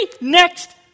next